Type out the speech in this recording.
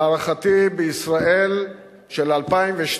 להערכתי בישראל של 2012